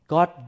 God